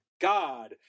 god